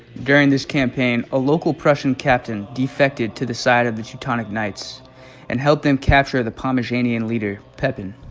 during this campaign a local prussian captain defected to the side of the teutonic knights and help them capture the pomeranian leader pepin